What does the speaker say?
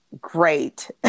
great